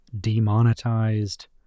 demonetized